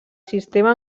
sistema